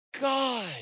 God